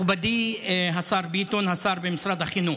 מכובדי השר ביטון, השר במשרד החינוך,